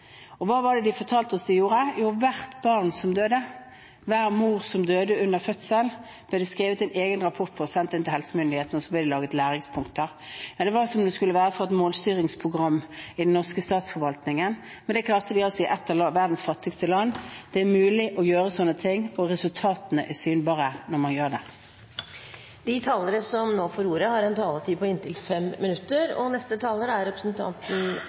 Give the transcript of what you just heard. Hva var det de fortalte oss at de gjorde? Jo, for hvert barn som døde, for hver mor som døde under fødselen, så ble det skrevet en egen rapport og sendt inn til helsemyndighetene, og så ble det laget læringspunkter. Det var som om det skulle vært fra et målstyringsprogram i den norske statsforvaltningen, og dette klarte de altså i et av verdens fattigste land. Det er mulig å gjøre slike ting, og resultatene er synbare når man gjør det. La meg først takke representanten Olemic Thommessen for å ha reist en veldig god og viktig interpellasjon. Parlamentene verden over er